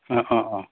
अ अ अ